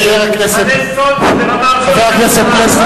מבחני סאלד הם ברמה הרבה יותר גבוהה מבחינות הבגרות.